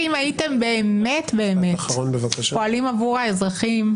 אם הייתם באמת באמת פועלים עבור האזרחים,